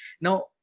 now